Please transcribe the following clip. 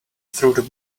through